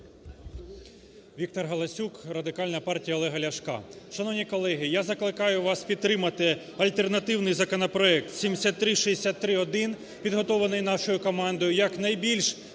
Віктор Галасюк, Радикальна партія Олега Ляшка. Шановні колеги, я закликаю вас підтримати альтернативний законопроект 7363-1, підготовлений нашою командою, як найбільш